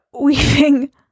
weaving